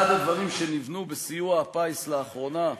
אחד הדברים שנבנו בסיוע הפיס לאחרונה,